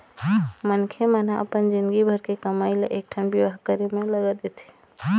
मनखे मन ह अपन जिनगी भर के कमई ल एकठन बिहाव करे म लगा देथे